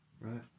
Right